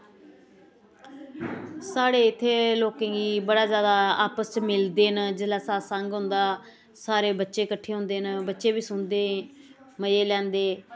साढ़े इ'त्थें दे लोकें गी बड़ा जादा आपस च मिलदे न जेल्लै सत्संग होंदा सारे बच्चे कट्ठे होंदे न बच्चे बी सुनदे मज़े लैंदे